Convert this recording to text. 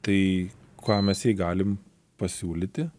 tai ką mes jai galim pasiūlyti